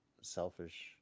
selfish